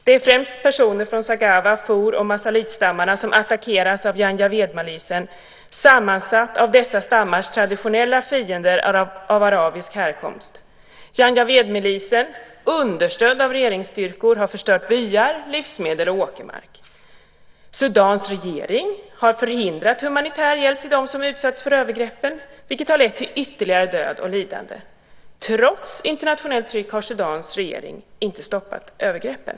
Det rör sig främst om personer från zaghawa-, fur och masalitstammarna som attackeras av Janjawidmilisen som är sammansatt av dessa stammars traditionella fiender av arabisk härkomst. Janjawidmilisen, understödd av regeringsstyrkor, har förstört byar, livsmedel och åkermark. Sudans regering har förhindrat humanitär hjälp till dem som utsatts för övergreppen, vilket har lett till ytterligare död och lidande. Trots internationellt tryck har Sudans regering inte stoppat övergreppen.